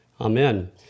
amen